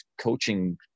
coaching